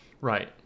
Right